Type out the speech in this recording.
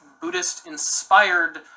Buddhist-inspired